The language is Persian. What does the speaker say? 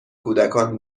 کودکان